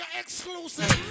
exclusive